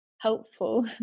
helpful